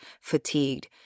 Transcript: fatigued